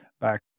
back